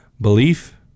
belief